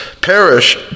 perish